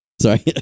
Sorry